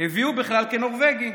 הביאו בכלל כנורבגי,